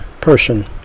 person